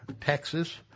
Texas